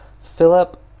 Philip